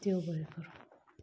देव बरें करूं